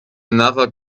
another